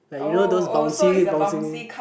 like you know those bouncy bouncy